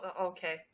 okay